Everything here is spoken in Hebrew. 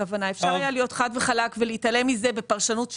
אפשר היה להיות חד וחלק ולהתעלם מזה בפרשנות שלנו,